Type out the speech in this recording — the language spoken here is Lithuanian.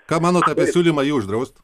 ką manot apie siūlymą jį uždraust